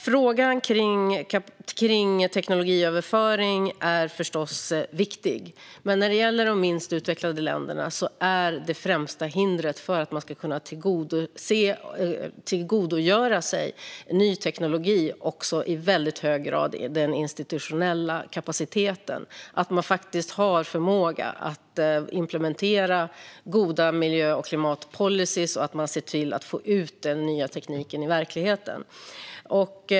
Frågan om teknologiöverföring är förstås viktig, men när det gäller de minst utvecklade länderna är det främsta hindret för att de ska kunna tillgodogöra sig ny teknologi i väldigt hög grad den institutionella kapaciteten. Det handlar om att faktiskt ha förmåga att implementera goda miljö och klimatpolicyer och se till att få ut den nya tekniken i verkligheten.